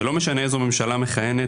ולא משנה איזו ממשלה מכהנת,